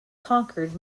conquered